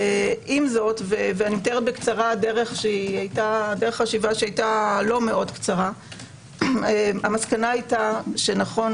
עם זאת ואתאר דרך חשיבה שהיתה לא מאוד קצרה - המסקנה היתה שנכון